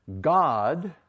God